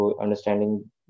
understanding